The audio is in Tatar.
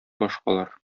башкалар